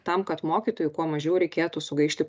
tam kad mokytojų kuo mažiau reikėtų sugaišti